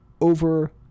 over